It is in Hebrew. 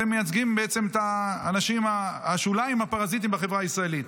אתם מייצגים בעצם את השוליים הפרזיטים בחברה הישראלית.